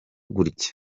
gutya